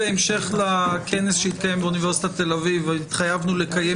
לכנס שהתקיים באוניברסיטת תל אביב התחייבנו לקיים